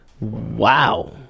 Wow